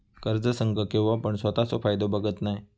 कर्ज संघ केव्हापण स्वतःचो फायदो बघत नाय